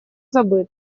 забыт